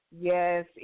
Yes